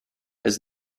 his